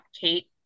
Kate